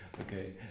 Okay